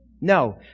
No